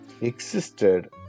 existed